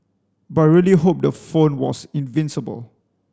but really hope the phone was invincible